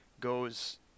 goes